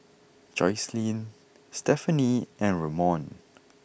Jocelynn Stephanie and Ramon